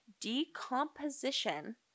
decomposition